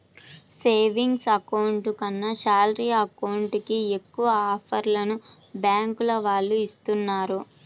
savings account కన్నా salary account కి ఎక్కువ ఆఫర్లను బ్యాంకుల వాళ్ళు ఇస్తున్నారు